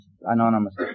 Anonymous